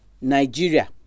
nigeria